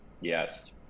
Yes